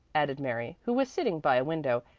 added mary, who was sitting by a window,